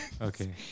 Okay